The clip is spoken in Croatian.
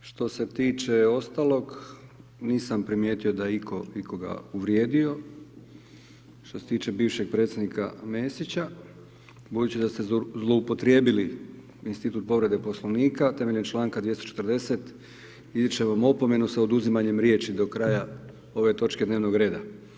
Što se tiče ostaloga, nisam primijetio da je itko ikoga uvrijedio, što se tiče bivšeg predsjednika, budući da ste zloupotrijebili Institut povrede Poslovnika temeljem čl. 240. izričem vam opomenu sa oduzimanjem riječi do kraja ove točke dnevnog reda.